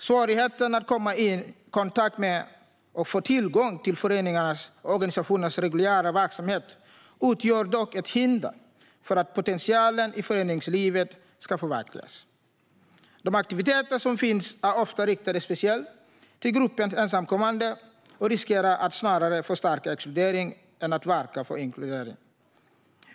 Svårigheten att komma i kontakt med och få tillgång till föreningars och organisationers reguljära verksamhet utgör dock ett hinder för att potentialen i föreningslivet ska förverkligas. De aktiviteter som finns är ofta riktade speciellt till gruppen ensamkommande och riskerar att snarare förstärka exkludering än verka för inkludering.